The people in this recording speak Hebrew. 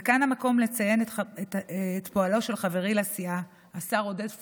וכאן המקום לציין את פועלו של חברי לסיעה השר עודד פורר: